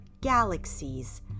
galaxies